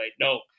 No